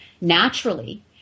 naturally